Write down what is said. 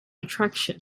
attraction